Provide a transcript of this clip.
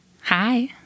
Hi